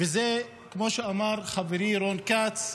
וזה כמו שאמר חברי רון כץ,